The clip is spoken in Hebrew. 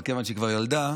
כיוון שהיא כבר ילדה,